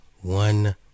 one